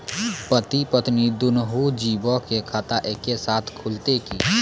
पति पत्नी दुनहु जीबो के खाता एक्के साथै खुलते की?